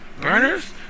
Burners